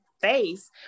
face